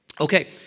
Okay